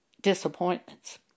disappointments